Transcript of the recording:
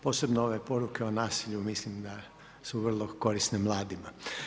Posebno ove poruke o nasilju, mislim da su vrlo korisne mladima.